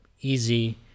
easy